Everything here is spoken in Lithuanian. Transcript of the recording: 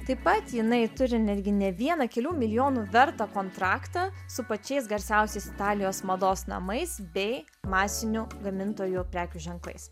taip pat jinai turi netgi ne vieną kelių milijonų vertą kontraktą su pačiais garsiausiais italijos mados namais bei masinių gamintojų prekių ženklais